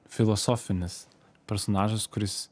filosofinis personažas kuris